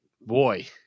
boy